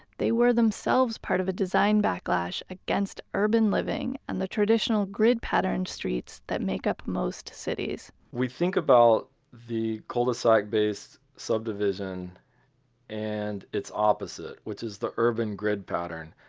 they were themselves part of a design backlash against urban living and the traditional grid-patterned streets that make up most cities we think about the cul-de-sac-based subdivision and its opposite, which is the urban grid pattern.